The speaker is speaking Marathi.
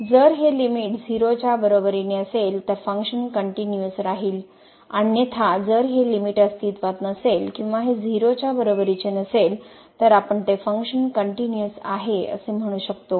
जर हे लिमिट 0 च्या बरोबरीने असेल तर फंक्शन कनट्युनिअस राहील अन्यथा जर हे लिमिट अस्तित्त्वात नसेल किंवा हे 0 च्या बरोबरीचे नसेल तर आपण ते फंक्शन कनट्युनिअस आहे असे म्हणू शकतो